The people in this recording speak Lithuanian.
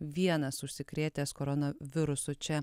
vienas užsikrėtęs koronavirusu čia